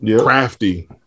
crafty